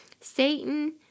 Satan